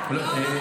לא, לא.